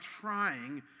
trying